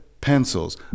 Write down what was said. pencils